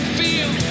feel